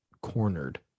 Cornered